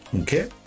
Okay